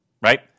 right